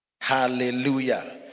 Hallelujah